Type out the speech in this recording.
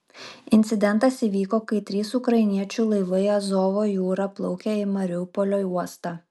incidentas įvyko kai trys ukrainiečių laivai azovo jūra plaukė į mariupolio uostą